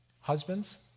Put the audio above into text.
Husbands